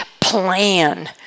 plan